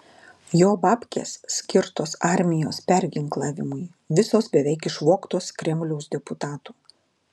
jo babkės skirtos armijos perginklavimui visos beveik išvogtos kremliaus deputatų